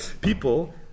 people